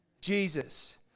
Jesus